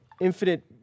infinite